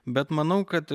bet manau kad